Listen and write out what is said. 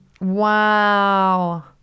Wow